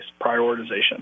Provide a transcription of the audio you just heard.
prioritization